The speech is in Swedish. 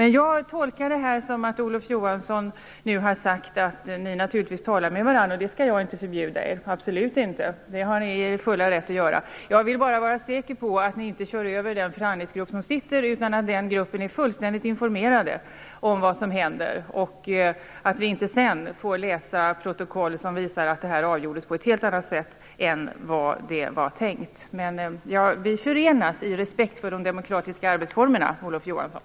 Men jag tolkar detta som att Olof Johansson nu har sagt att ni talar med varandra. Det skall jag inte förbjuda er - absolut inte. Det har ni er fulla rätt att göra. Jag vill bara vara säker på att ni inte kör över den förhandlingsgrupp som finns, utan att den gruuppen är fullständigt informerad om vad som händer och att vi inte sedan får läsa protokoll som visar att frågan avgjordes på ett helt annat sätt än vad det var tänkt. Vi förenas i respekt för de demokratiska arbetsformerna, Olof Johansson.